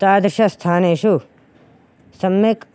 तादृशं स्थानेषु सम्यक्